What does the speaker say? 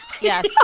yes